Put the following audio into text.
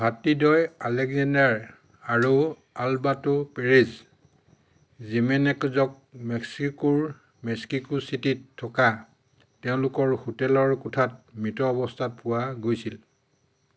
ভাতৃদ্বয় Alexander আৰু Alberto Perez জিমেনেকজক মেক্সিকোৰ মেক্সিকো চিটিত থকা তেওঁলোকৰ হোটেলৰ কোঠাত মৃত অৱস্থাত পোৱা গৈছিল